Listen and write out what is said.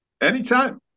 Anytime